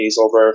over